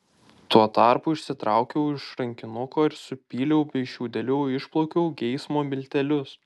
tuo tarpu išsitraukiau iš rankinuko ir supyliau bei šiaudeliu išplakiau geismo miltelius